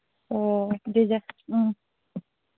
ꯑꯣ ꯎꯝ